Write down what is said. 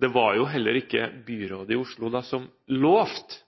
det var heller ikke byrådet i Oslo som lovet et kulturskoletilbud til alle som